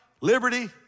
liberty